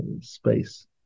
space